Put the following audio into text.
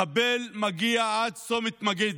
מחבל מגיע עד צומת מגידו,